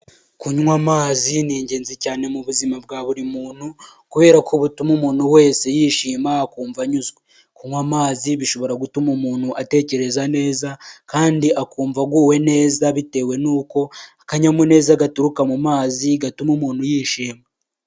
Kunywa amazi ni ingenzi cyane mu buzima bwa buri muntu, kubera ko butuma umuntu wese yishima akumva anyuzwe. Kunywa amazi bishobora gutuma umuntu atekereza neza, kandi akumva aguwe neza bitewe n'uko akanyamuneza gaturuka mu mazi gatuma umuntu yishima.